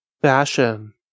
Fashion